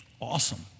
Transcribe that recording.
Awesome